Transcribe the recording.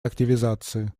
активизации